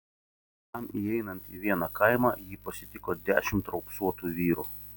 jam įeinant į vieną kaimą jį pasitiko dešimt raupsuotų vyrų